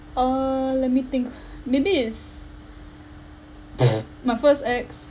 uh let me think maybe is my first ex